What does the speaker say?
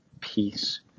peace